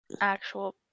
actual